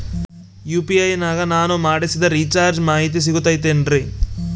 UPI ನಾಗ ನಾನು ಮಾಡಿಸಿದ ರಿಚಾರ್ಜ್ ಮಾಹಿತಿ ಸಿಗುತೈತೇನ್ರಿ?